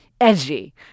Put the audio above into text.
Edgy